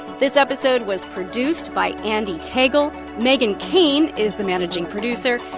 this episode was produced by andee tagle. meghan keane is the managing producer.